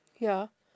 ya